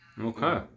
Okay